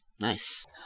Nice